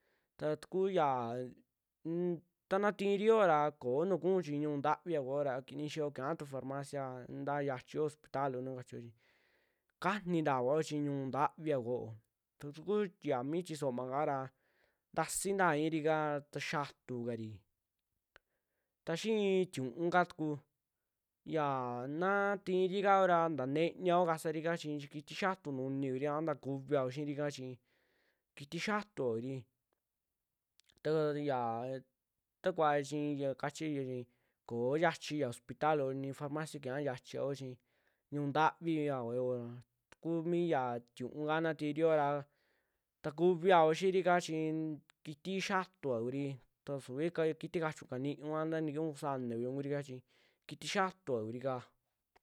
Taa taku yaa, taka xiirio raa koo nuu kuu chii ñu'u ntaviia kuyoo ra ni xiyoo kuñaa tu farmacia un ta xiaxhi yoo hospital anu kachio chi, kaani ntaa kua xioo, chi ñuu ntavia kua yoo ta takuya mii tisoomaka ra ntaxii ntaa irika taa xiatuu kari, taa xii tiu'un kaa tuku xii naa tirikaao ra ntaa nteeniao kasarika chii kitii xiaatu nuni kuria isa ntakuvivao xiirika, chii kiti xiaatu kuri, ta yaa takuva chi ya kachiyuu koo yachii ya hospital a ni farmacia kuñaa xiachivayoo chi ñu'u ntavia kua yo'o ra takumii ya tiu'un kaa na tirio ra ta kuviao xiirika chiin kitii xiaatua kuri, ta suvi ka- kitikachiun kaniiun ana ntakiiun kusaana viun kurika chi kitii xiatuva kurika.